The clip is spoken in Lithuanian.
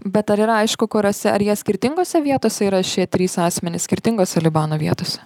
bet ar yra aišku kuriose ar jie skirtingose vietose yra šie trys asmenys skirtingose libano vietose